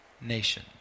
nation